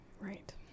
Right